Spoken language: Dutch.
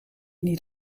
niet